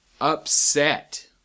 Upset